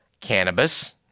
Cannabis